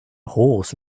horse